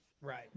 Right